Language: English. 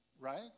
right